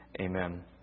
amen